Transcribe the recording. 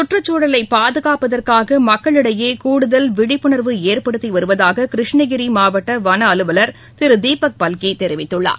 சுற்றுச்சூழலை பாதுகாப்பதற்காக மக்களிடையே கூடுதல் விழிப்புணர்வு ஏற்படுத்தி வருவதாக கிருஷ்ணகிரி மாவட்ட வன அலுவலர் திரு தீபக் பல்கி தெரிவித்துள்ளார்